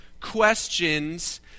questions